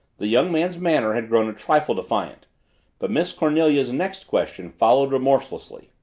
the young man's manner had grown a trifle defiant but miss cornelia's next question followed remorselessly.